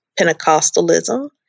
Pentecostalism